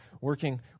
working